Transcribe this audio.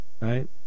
right